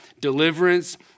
deliverance